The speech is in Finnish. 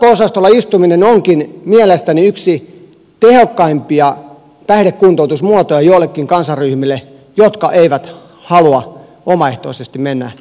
sakko osastolla istuminen onkin mielestäni yksi tehokkaimpia päihdekuntoutusmuotoja joillekin kansanryhmille jotka eivät halua omaehtoisesti mennä hoitamaan itseään